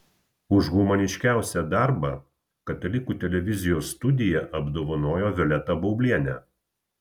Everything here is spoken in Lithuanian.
už humaniškiausią darbą katalikų televizijos studija apdovanojo violetą baublienę